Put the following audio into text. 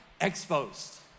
exposed